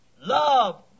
love